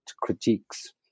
critiques